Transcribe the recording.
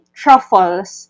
truffles